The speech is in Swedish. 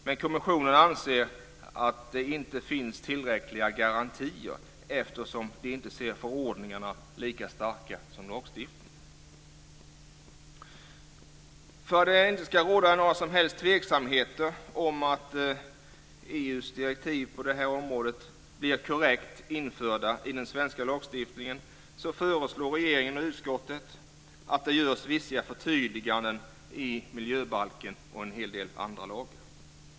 Men kommissionen anser att det inte finns tillräckliga garantier eftersom den inte ser förordningarna som lika starka som lagstiftning. För att det inte ska råda några som helst tveksamheter om att EU:s direktiv på området blir korrekt införda i den svenska lagstiftningen föreslår regeringen och utskottet att det görs vissa förtydliganden i miljöbalken och en hel del andra lagar.